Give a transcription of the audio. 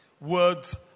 Words